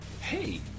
hey